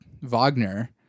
Wagner